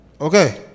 Okay